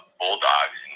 bulldogs